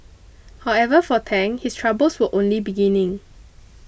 however for Tang his troubles were only beginning